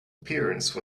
appearance